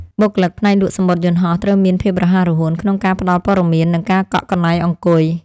បុគ្គលិកផ្នែកលក់សំបុត្រយន្តហោះត្រូវមានភាពរហ័សរហួនក្នុងការផ្តល់ព័ត៌មាននិងការកក់កន្លែងអង្គុយ។